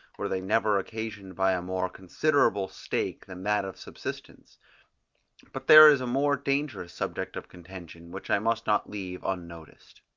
were they never occasioned by a more considerable stake than that of subsistence but there is a more dangerous subject of contention, which i must not leave unnoticed.